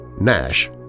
Nash